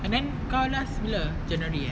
and then kau last bila january ah